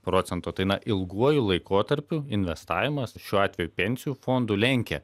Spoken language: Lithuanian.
procento tai na ilguoju laikotarpiu investavimas šiuo atveju pensijų fondų lenkia